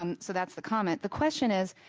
and so that's the comment. the question is,